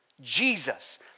Jesus